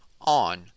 on